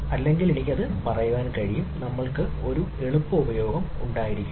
അല്ലെങ്കിൽ എനിക്ക് പറയാൻ കഴിയും നമ്മൾക്ക് ഒരു എളുപ്പ ഉപയോഗം ഉണ്ടായിരിക്കണം